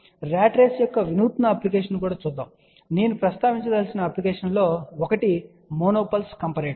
rat race యొక్క విన్నూతన applications కూడా చూద్దాం మరియు నేను ప్రస్తావించదలిచిన అప్లికేషన్స్ లో ఒకటి మోనో పల్స్ కంపారిటర్